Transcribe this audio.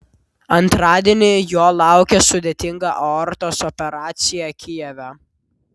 antradienį jo laukė sudėtinga aortos operacija kijeve